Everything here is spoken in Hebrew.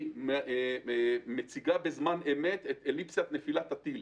היא מציגה בזמן אמת את אליפסת נפילת הטיל.